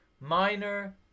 minor